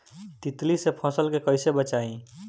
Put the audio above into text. तितली से फसल के कइसे बचाई?